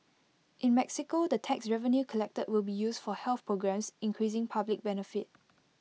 in Mexico the tax revenue collected will be used for health programmes increasing public benefit